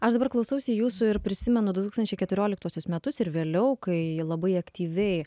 aš dabar klausausi jūsų ir prisimenu du tūkstančiai keturioliktuosius metus ir vėliau kai labai aktyviai